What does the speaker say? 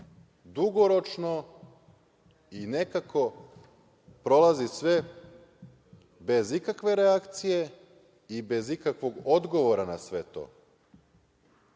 dugoročno i nekako prolazi sve bez ikakve reakcije i bez ikakvog odgovora na sve